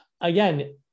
again